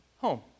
home